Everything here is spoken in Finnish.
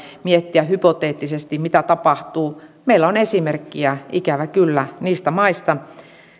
miettiä hypoteettisesti mitä tapahtuu meillä on esimerkkiä ikävä kyllä niistä maista